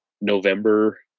November